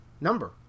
number